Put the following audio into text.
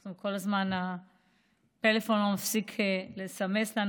כל הזמן הפלאפון לא מפסיק לסמס לנו,